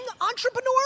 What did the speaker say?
entrepreneur